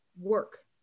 Work